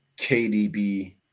KDB